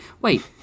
Wait